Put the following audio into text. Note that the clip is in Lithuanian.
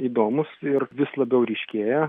įdomus ir vis labiau ryškėja